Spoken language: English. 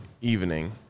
evening